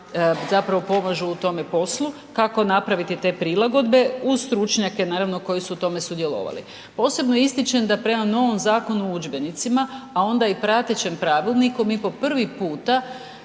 zapravo pomažu u tome poslu, kako napraviti te prilagodbe uz stručnjake naravno koji su u tome sudjelovali. Posebno ističem da prema novom Zakonu o udžbenicima, a onda i pratećem pravilniku mi po prvi puta